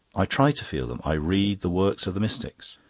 i try to feel them. i read the works of the mystics.